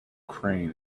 crane